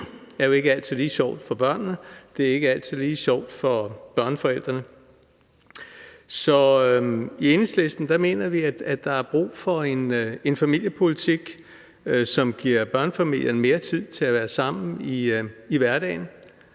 Det er jo ikke altid lige sjovt for børnene. Det er ikke altid lige sjovt for børneforældrene. Så i Enhedslisten mener vi, at der er brug for en familiepolitik, som giver børnefamilierne mere tid til at være sammen i hverdagen.